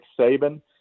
Saban